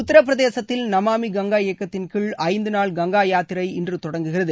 உத்தரப்பிரதேசத்தில் நமாமி கங்கா இயக்கத்தின் கீழ் இஜந்து நாள் கங்கா யாத்திரை இன்று தொடங்குகிறது